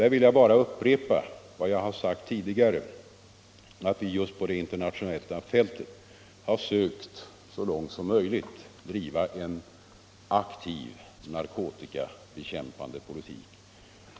Jag vill här bara upprepa vad jag tidigare sagt, nämligen att vi på det internationella fältet försökt att så långt som möjligt driva en aktiv narkotikabekämpande politik.